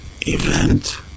Event